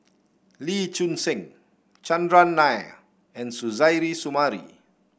Lee Choon Seng Chandran Nair and Suzairhe Sumari